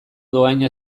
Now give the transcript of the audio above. dohaina